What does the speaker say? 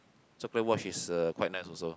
so buy watch is uh quite nice also